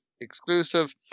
exclusive